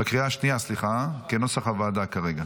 עכשיו בקריאה השנייה, סליחה, כנוסח הוועדה כרגע.